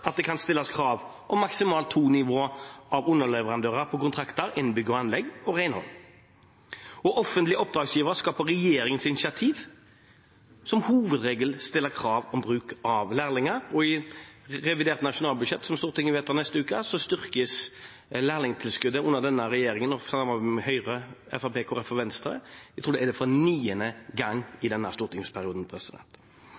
at det kan stilles krav om maksimalt to nivåer av underleverandører på kontrakter innenfor bygg og anlegg og innenfor renhold. Offentlige oppdragsgivere skal på regjeringens initiativ som hovedregel stille krav om bruk av lærlinger. I revidert nasjonalbudsjett, som Stortinget vedtar neste uke, styrkes lærlingtilskuddet. Det skjer under denne regjeringen, i samarbeid mellom Høyre, Fremskrittspartiet, Kristelig Folkeparti og Venstre, og jeg tror det er for niende gang